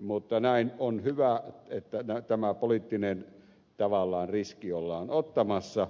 mutta näin on hyvä että tämä tavallaan poliittinen riski ollaan ottamassa